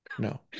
No